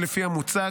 לפי המוצע,